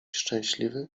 szczęśliwy